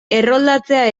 erroldatzea